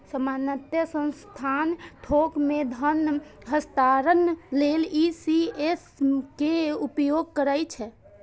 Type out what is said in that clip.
सामान्यतः संस्थान थोक मे धन हस्तांतरण लेल ई.सी.एस के उपयोग करै छै